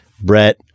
Brett